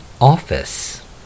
office